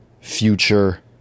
future